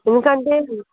ఎందుకంటే